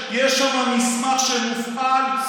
יש שם מסמך שמופעל,